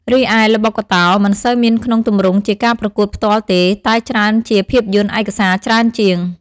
រីឯល្បុក្កតោ មិនសូវមានក្នុងទម្រង់ជាការប្រកួតផ្ទាល់ទេ តែច្រើនជាភាពយន្តឯកសារច្រើនជាង។